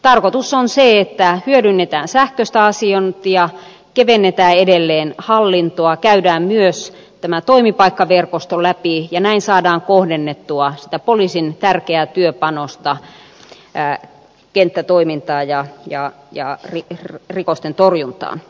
tarkoitus on se että hyödynnetään sähköistä asiointia kevennetään edelleen hallintoa käydään myös tämä toimipaikkaverkosto läpi ja näin saadaan kohdennettua sitä poliisin tärkeää työpanosta kenttätoimintaan ja rikosten torjuntaan